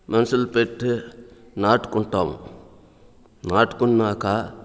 మనుషులు పెట్టి నాటుకుంటాము నాటుకున్నాక